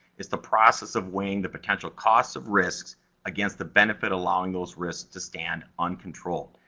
it's the process of weighing the potential costs of risks against the benefit allowing those risks to stand uncontrolled.